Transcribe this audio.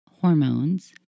hormones